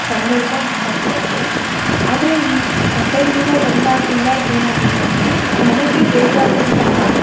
ಸಂದರ್ಭ ಉಂಟಾಗ್ತಾಯಿತ್ತು ಆದರೆ ಈ ತಂತ್ರಜ್ಞಾನ ಬಂದಾಗಿಂದ ಏನಾಗಿದೆ ಅಂದರೆ ನಮಗೆ ಬೇಕಾದಂತಹ